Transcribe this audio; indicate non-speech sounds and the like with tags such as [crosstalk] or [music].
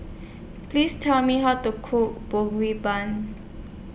Please Tell Me How to Cook [unintelligible]